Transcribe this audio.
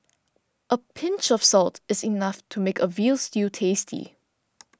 a pinch of salt is enough to make a Veal Stew tasty